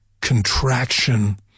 contraction